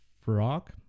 frog